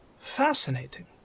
Fascinating